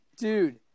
Dude